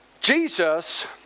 Jesus